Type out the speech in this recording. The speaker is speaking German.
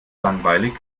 langweilig